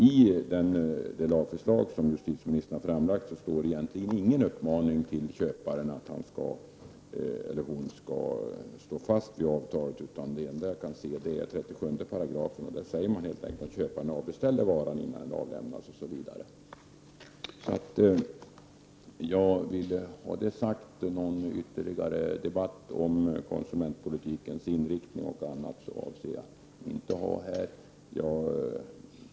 I det lagförslag som justitieministern har lagt fram står det egentligen ingen uppmaning till köparen att han eller hon skall stå fast vid avtalet. Det enda jag kan se är att man i 37 § säger att köparen kan avbeställa varan innan den har avlämnats. Detta ville jag ha sagt. Någon ytterligare debatt om konsumentpolitikens inriktning avser jag inte att driva här.